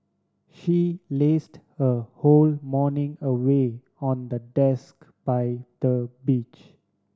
she lazed her whole morning away on the desk by the beach